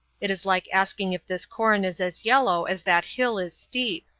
it is like asking if this corn is as yellow as that hill is steep.